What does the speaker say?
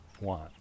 want